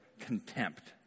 contempt